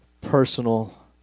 personal